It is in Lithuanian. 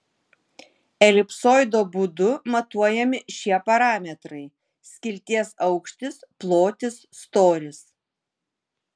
elipsoido būdu matuojami šie parametrai skilties aukštis plotis storis